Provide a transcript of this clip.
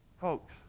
Folks